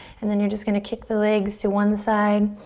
and then you're just gonna kick the legs to one side,